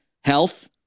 health